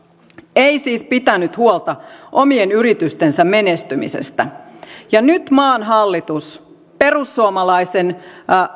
ei siis pitänyt huolta omien yritystensä menestymisestä ja nyt maan hallitus perussuomalaisen